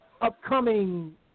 upcoming